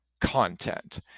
content